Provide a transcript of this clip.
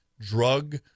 drug